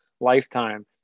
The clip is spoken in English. lifetime